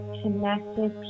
connected